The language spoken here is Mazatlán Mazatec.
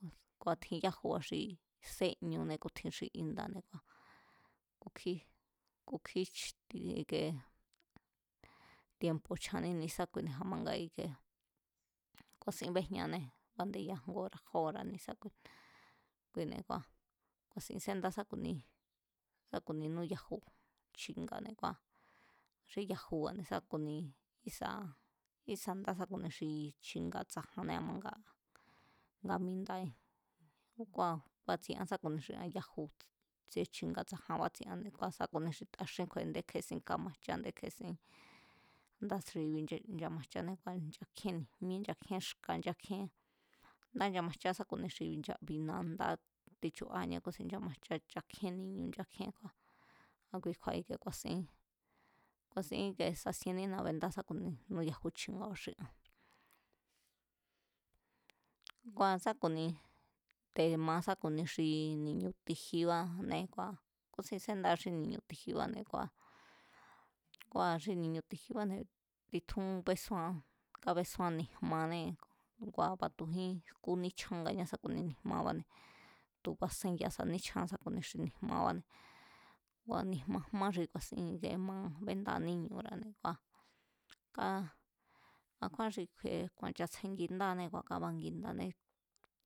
Kua̱ tjin yajuba̱ xi séñune ku̱ tjin xí indane̱ kua̱ kukjí, kukjí tie i̱kee, tienpo̱ chjaní ne̱ésákuine̱ a̱ma nga ike ku̱a̱sín béjñaanée̱, bandéyara̱ ngu ora̱ jó ora̱ ne̱sákui kua̱ ku̱a̱sín sendá sá ku̱ni, sá ku̱ni núyaju chi̱nga̱ne̱ kua̱ xi yajuba̱ne̱ ku̱ni ísa̱, ísa̱nda sá ku̱ni xi chi̱nga̱ tsa̱janné a̱ma nga, nga minda, ngua̱ ngatsi an sa ku̱ni xi an yaju tsi̱e̱ chi̱nga̱ tsajan bátsieane̱, sa ku̱ni xi taxín kjue a̱ndé kje̱esin kámajchá a̱nde kje̱esín, a̱ndáa̱ xi i̱bi̱ nchamajchané, nchakjíén ni̱jmíe nchakjíén xka̱ nchakjíén nda nchamajcha sá ku̱ni xi nchabi nadá tichuáñá kúsin nchamjchá, nchakjíen ni̱ñu̱ nchakjíen, a̱kui kju̱a̱ ikie ku̱a̱sín ku̱a̱sín íkie sasiennína bendaa sa ku̱ni núyaju chi̱nga̱ba̱ xi an. Ngua̱ sá ku̱ni, te̱ma sa ku̱ni xi ni̱ñu̱ ti̱jibaane kúsin séndá xi ni̱ñu̱ ti̱jibáne̱ kua̱ ngua̱ xi ni̱ñu̱ tijibáne̱ titjún besúan, kabesúan níjmanée̱ ngua̱ batujín níchjángañá sá ku̱ni ni̱jmabáne̱ tu̱ basenyasa íchjánñá sa ku̱ni ni̱jmabáne̱ ngua̱ ni̱jma jma xi ku̱a̱sin íkie ma béndáa níñu̱ra̱ne̱ kua̱ ká, a̱kjúán xi ku̱a̱nchajúnni chatsjengindaanée̱ kábangindané